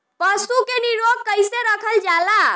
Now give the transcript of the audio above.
पशु के निरोग कईसे रखल जाला?